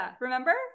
remember